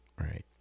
right